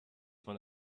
von